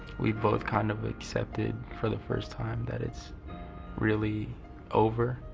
we've both kind of accepted for the first time that it's really over.